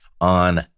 on